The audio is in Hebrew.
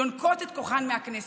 יונקות את כוחן מהכנסת.